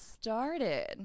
started